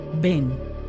Ben